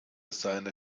seine